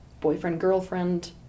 boyfriend-girlfriend